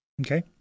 okay